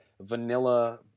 vanilla